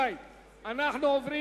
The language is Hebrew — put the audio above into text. עוברים